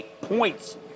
points